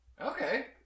Okay